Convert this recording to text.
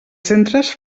centres